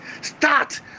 Start